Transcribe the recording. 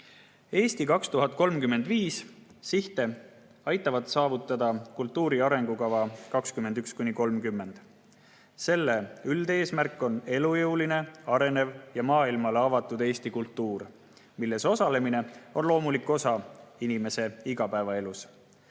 "Eesti 2035" sihte aitab saavutada "Kultuuri arengukava 2021–2030". Selle üldeesmärk on elujõuline, arenev ja maailmale avatud Eesti kultuur, milles osalemine oleks loomulik osa inimese igapäevaelust.